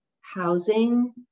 housing